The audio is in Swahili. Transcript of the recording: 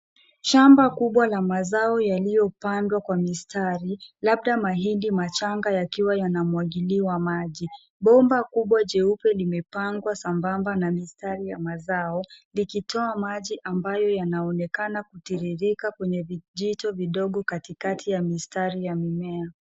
Shamba kubwa la mazao yaliyopandwa kwa mistari, labda mahindi machanga yakiwa yanamwagiliwa maji. Bomba kubwa jeupe limepangwa sambamba na mistari ya mazao likitoa maji ambayo yanaonekana kutiririka kwenye vijito vidogo katikati ya mistari ya mimea.